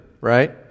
right